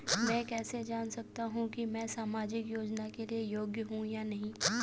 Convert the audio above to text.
मैं कैसे जान सकता हूँ कि मैं सामाजिक योजना के लिए योग्य हूँ या नहीं?